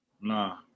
Nah